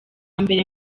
mbere